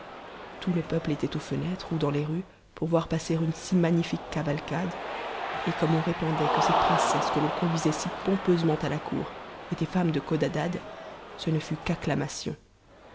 tout le peuple était aux fenêtres ou dans les rues pour voir passer une si magnifique cavalcade et comme on répandait que cette princesse que l'on conduisait si pompeusement à la cour était ëmme de codadad ce ne fut qu'acclamations